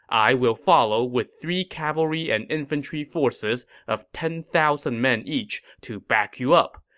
i will follow with three cavalry and infantry forces of ten thousand men each to back you up.